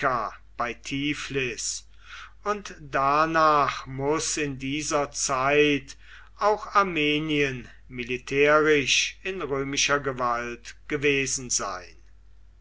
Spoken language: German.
bei tief und danach muß in dieser zeit auch armenien militärisch in römischer gewalt gewesen sein